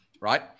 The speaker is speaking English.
Right